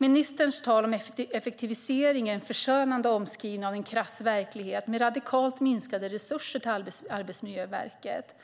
Ministerns tal om effektivisering är en förskönande omskrivning av en krass verklighet med radikalt minskade resurser till Arbetsmiljöverket,